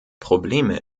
probleme